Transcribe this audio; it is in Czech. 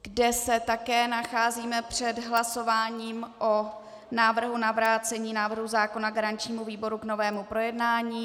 kde se také nacházíme před hlasováním o návrhu na vrácení návrhu zákona garančnímu výboru k novému projednání.